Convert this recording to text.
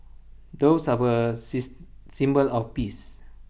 doves are A says symbol of peace